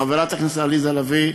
חברת הכנסת עליזה לביא,